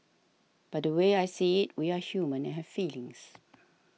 but the way I see it we are human and have feelings